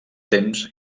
temps